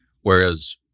whereas